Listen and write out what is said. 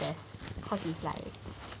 the best cause it is like